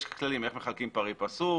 יש כללים איך מחלקים פרי פסו,